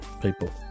people